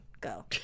Go